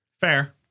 Fair